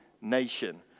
nation